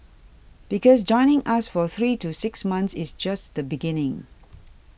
because joining us for three to six months is just the beginning